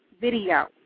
video